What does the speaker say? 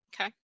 Okay